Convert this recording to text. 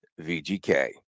VGK